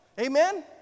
Amen